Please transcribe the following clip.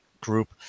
group